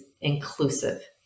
inclusive